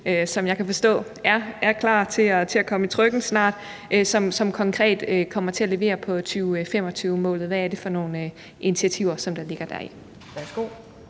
som jeg kan forstå snart er klar til at komme i trykken – som konkret kommer til at levere på 2025-målet. Hvad er det for nogle initiativer, der ligger deri?